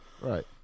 Right